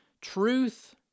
truth